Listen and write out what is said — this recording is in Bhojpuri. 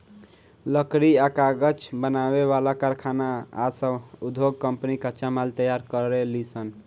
लकड़ी आ कागज बनावे वाला कारखाना आ उधोग कम्पनी कच्चा माल तैयार करेलीसन